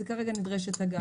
לכן כרגע נדרשת הגעה.